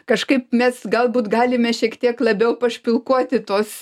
kažkaip mes galbūt galime šiek tiek labiau pašpilkuoti tuos